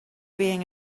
being